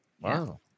Wow